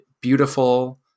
beautiful